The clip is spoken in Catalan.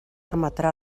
emetrà